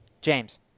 James